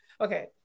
okay